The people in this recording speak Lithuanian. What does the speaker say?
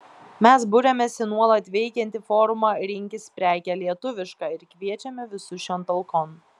mes buriamės į nuolat veikiantį forumą rinkis prekę lietuvišką ir kviečiame visus šion talkon